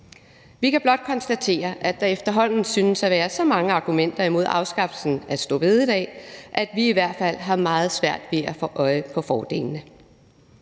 Vi kan blot konstatere, at der efterhånden synes at være så mange argumenter imod afskaffelsen af store bededag, at vi i hvert fald har meget svært ved at få øje på fordelene.